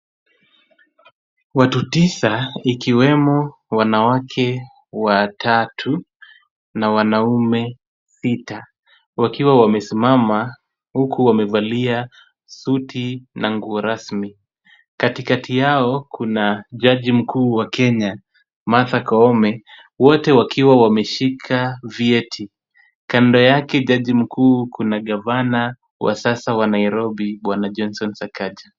Watu tisa ikiwemo wanawake watatu na wanaume sita wakiwa wamesimama huku wamevalia suti na nguo rasmi. Katikati yao kuna jaji mkuu wa Kenya Martha Koome wote wakiwa wameshika vyeti. Kando yake jaji mkuu kuna gavana wa sasa wa Nairobi bwana Johnson Sakaja.